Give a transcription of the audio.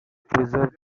preserve